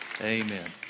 Amen